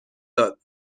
داد